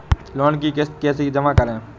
Loan की किश्त कैसे जमा करें?